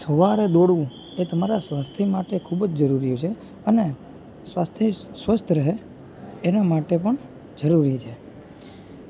સવારે દોડવું એ તમારા સ્વાસ્થ્ય માટે ખૂબ જ જરૂરી છે અને સ્વાસ્થ્ય સ્વસ્થ રહે એના માટે પણ જરૂરી છે